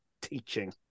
teaching